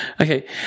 Okay